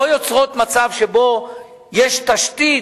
לא יוצרות מצב שבו יש תשתית,